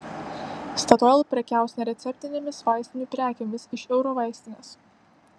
statoil prekiaus nereceptinėmis vaistinių prekėmis iš eurovaistinės